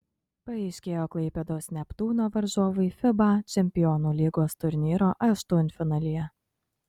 paaiškėjo klaipėdos neptūno varžovai fiba čempionų lygos turnyro aštuntfinalyje